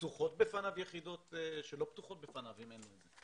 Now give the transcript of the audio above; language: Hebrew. פתוחות בפניו יחידות שלא פתוחות בפניו אחרת.